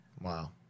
Wow